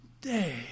day